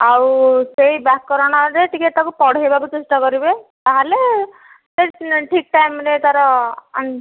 ଆଉ ସେଇ ବ୍ୟାକରଣରେ ଟିକେ ତାକୁ ପଢ଼େଇବାକୁ ଚେଷ୍ଟା କରିବେ ତାହେଲେ ସିଏ ଠିକ୍ ଟାଇମ୍ ରେ ତା ର